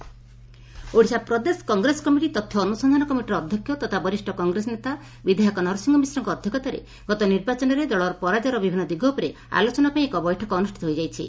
କଂଗ୍ରେସ ବୈଠକ ଓଡ଼ିଶା ପ୍ରଦେଶ Congress committee ତଥ୍ୟ ଅନୁସନ୍ଧାନ କମିଟିର ଅଧ୍ଯକ୍ଷ ତଥା ବରିଷ କଂଗ୍ରେସ ନେତା ବିଧାୟକ ନରସିଂହ ମିଶ୍ରଙ୍କ ଅଧ୍ୟକ୍ଷତାରେ ଗତ ନିର୍ବାଚନରେ ଦଳର ପରାଜୟର ବିଭିନ୍ଦ ଦିଗ ଉପରେ ଆଲୋଚନା ପାଇଁ ଏକ ବୈଠକ ଅନୁଷ୍ଷିତ ହୋଇଯାଇଛି